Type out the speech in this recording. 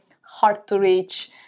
hard-to-reach